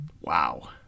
Wow